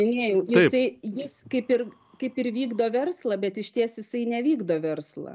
minėjau jisai jis kaip ir kaip ir vykdo verslą bet išties jisai nevykdo verslą